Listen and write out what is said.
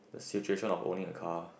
the situation of owning a car